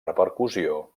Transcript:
repercussió